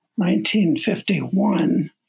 1951